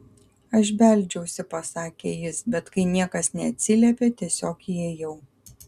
aš beldžiausi pasakė jis bet kai niekas neatsiliepė tiesiog įėjau